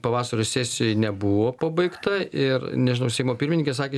pavasario sesijoj nebuvo pabaigta ir nežinau seimo pirmininkė sakė